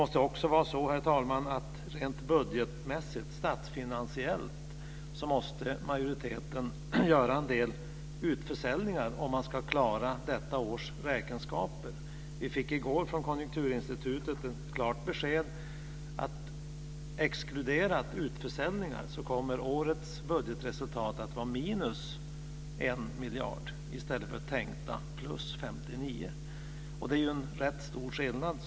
Rent statsfinansiellt måste det vara så, herr talman, att majoriteten måste göra en del utförsäljningar om man ska klara detta års räkenskaper. I går fick vi från Konjunkturinstitutet klart besked att exkluderat utförsäljningar kommer årets budgetresultat att vara minus en miljard i stället för tänkta plus 59 miljarder. Det är ju rätt stor skillnad.